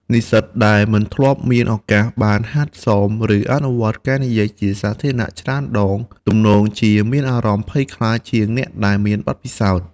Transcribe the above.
និស្សិតដែលមិនធ្លាប់មានឱកាសបានហាត់សម ឬអនុវត្តការនិយាយជាសាធារណៈច្រើនដង ទំនងជាមានអារម្មណ៍ភ័យខ្លាចជាងអ្នកដែលមានបទពិសោធន៍។